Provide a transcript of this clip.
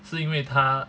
是因为他